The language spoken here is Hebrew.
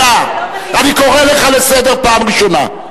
חבר הכנסת מולה, אני קורא אותך לסדר פעם ראשונה.